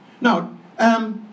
now